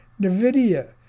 NVIDIA